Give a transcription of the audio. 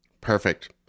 Perfect